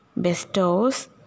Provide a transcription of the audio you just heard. Bestows